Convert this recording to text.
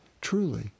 truly